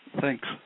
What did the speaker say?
thanks